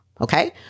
Okay